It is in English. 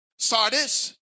Sardis